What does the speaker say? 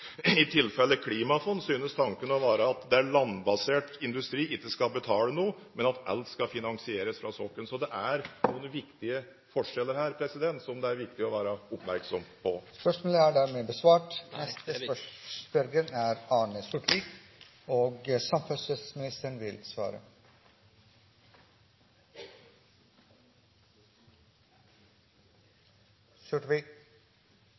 I tilfellet klimafond synes tanken å være at landbasert industri ikke skal betale noe, men at alt skal finansieres fra sokkelen. – Så det er noen viktige forskjeller her, som det er viktig å være oppmerksom på. «Et av de største prosjektene til Statens vegvesen er modernisering av E39 Kyststamveien Kristiansand-Trondheim. Målet er redusert transporttid. Mulighetene er gode og